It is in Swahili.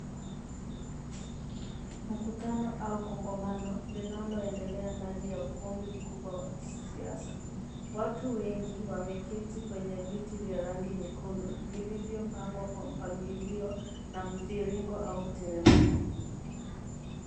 Mkutano au kongomano, linaloendelea ndani ya ukumbi mkubwa wa kisiasa. Watu wengi wameketi kwenye viti vya rangi nyekundu, vilivyopangwa kwa mpangilia na mviringo au mteremko.